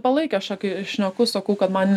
palaikė kai šneku sakau kad man